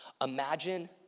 Imagine